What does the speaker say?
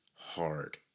Hard